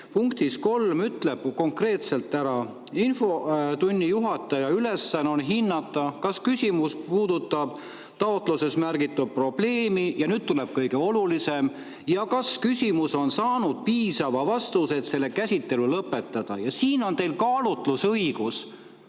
punktis 3 ütleb konkreetselt ära: "Infotunni juhataja ülesanne on hinnata, kas küsimus puudutab taotluses märgitud probleemi [ja nüüd tuleb kõige olulisem – K. G.] ja kas küsimus on saanud piisava vastuse, et selle käsitelu lõpetada." Ja siin on teil kaalutlusõigus